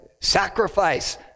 sacrifice